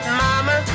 mama